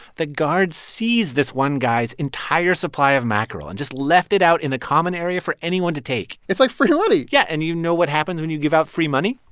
the guards seized this one guy's entire supply of mackerel and just left it out in a common area for anyone to take it's like free money yeah. and you know what happens when you give out free money?